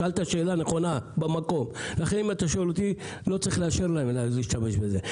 אם אתה שואל אותי, לא צריך לאשר להם להשתמש בזה.